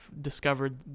discovered